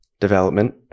development